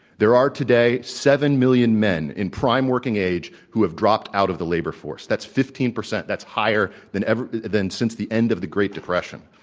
there are today seven million men in prime working age who have dropped out of the labor force. that's fifteen percent. that's higher than ever than since the end of the great depression.